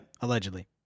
Allegedly